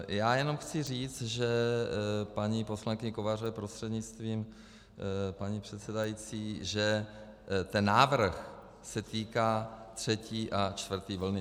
Chci jenom říct paní poslankyni Kovářové prostřednictvím paní předsedající, že ten návrh se týká třetí a čtvrté vlny.